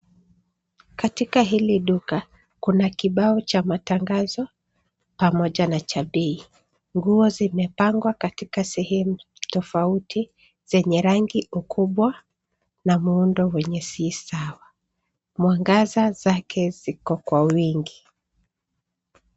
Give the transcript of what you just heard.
Katika hili duka kuna kibao cha matangazo pamoja na cha bei nguo zimepangwa katika sehemu tofauti zenye rangi ukubwa na muundo wenye si sawa mwangaza zake ziko kwa wingi